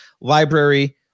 Library